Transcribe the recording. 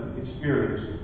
experience